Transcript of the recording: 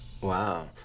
Wow